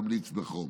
ממליץ בחום".